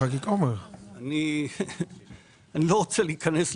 אני לא רוצה להיכנס לזה.